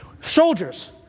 Soldiers